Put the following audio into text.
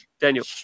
Daniel